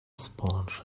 sponge